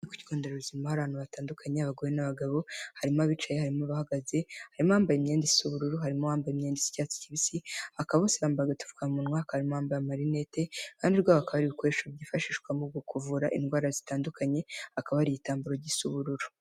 Ku kigonderabuzima hari abantu batandukanye, abagore n'abagabo, harimo abicaye, harimo bahagaze, harimo bambaye imyenda isa ubururu, harimo uwambaye imyenda isa icyatsi kibisi, bakaba bose bambaye agapfukamunwa, hakabamo abambaye amarinete. Iruhande rwabo hakaba har'ibikoresho byifashishwa mu kuvura indwara zitandukanye, hakaba hari igitambaro gisa ubururu.